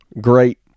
great